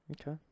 Okay